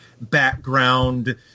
background